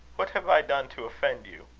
what have i done to offend you?